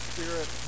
Spirit